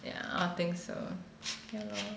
yeah I think so ya lor